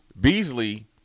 Beasley